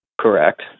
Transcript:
correct